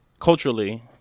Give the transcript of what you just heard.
culturally